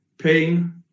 pain